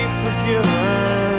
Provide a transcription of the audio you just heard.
forgiven